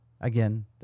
Again